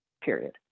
period